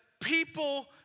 people